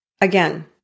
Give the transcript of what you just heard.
Again